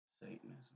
Satanism